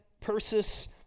Persis